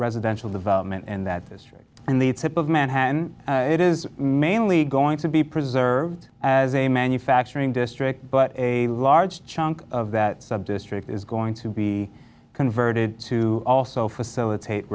residential development in that district in the tip of manhattan it is mainly going to be preserved as a manufacturing district but a large chunk of that sub district is going to be to also facilitate